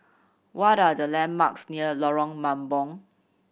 what are the landmarks near Lorong Mambong